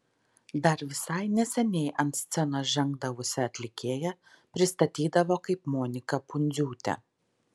dar visai neseniai ant scenos žengdavusią atlikėją pristatydavo kaip moniką pundziūtę